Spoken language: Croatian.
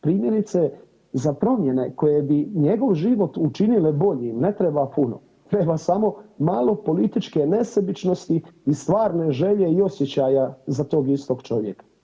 Primjerice, za promjene koje bi njegov život učinile boljim ne treba puno, treba samo malo političke nesebičnosti i stvarne želje i osjećaja za tog istog čovjeka.